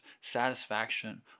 satisfaction